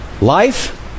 Life